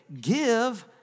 give